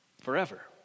Forever